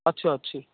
ଅଛି ଅଛି